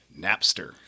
Napster